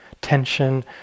tension